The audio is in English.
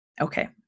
Okay